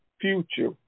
future